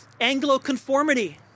Anglo-conformity